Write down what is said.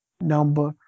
number